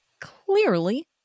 Clearly